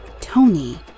Tony